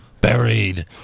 Buried